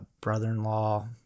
brother-in-law